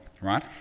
right